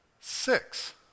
six